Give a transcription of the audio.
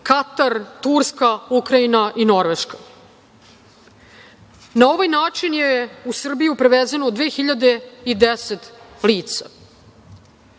Katar, Turska, Ukrajina i Norveška. Na ovaj način je u Srbiju prevezeno 2010 lica.